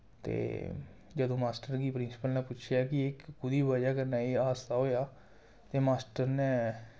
ते जदूं मास्टर गी प्रिंसिपल ने पुच्छेआ कि कोह्दी बजह् कन्नै एह् हादसा होया ते मास्टर ने